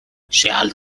seal